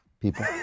people